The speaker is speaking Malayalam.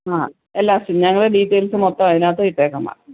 ആ എല്ലാ ഞങ്ങളെ ഡീറ്റെയിൽസ് മൊത്തം അതിനകത്ത് ഇട്ടേക്കാം എന്നാൽ